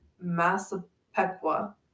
Massapequa